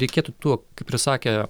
reikėtų tuo kaip ir sakė